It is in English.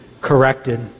corrected